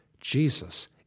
Jesus